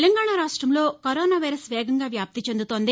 తెలంగాణ రాష్ట్రంలో corona virus వేగంగా వ్యాప్తి చెందుతోంది